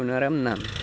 सनाराम नाम